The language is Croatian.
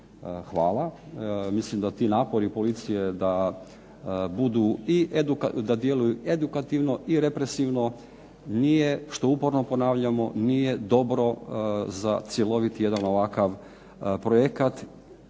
dovoljno. Mislim da ti napori policije da budu, da djeluju i edukativno i represivno nije što uporno ponavljamo nije dobro za cjelovit jedan ovakav projekat